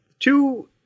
Two